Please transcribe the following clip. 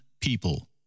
people